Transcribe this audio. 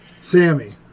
Sammy